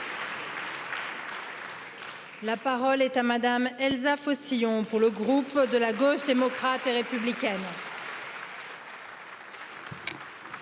La parole est à Mᵐᵉ Elsa Foncillon, pour le groupe de la gauche démocrate et républicaine.